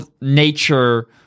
nature